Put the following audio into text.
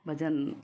भजन